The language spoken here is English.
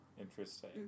interesting